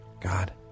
God